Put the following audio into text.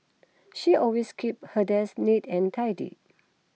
she always keeps her desk neat and tidy